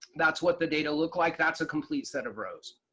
that's what the data look like. that's a complete set of rows.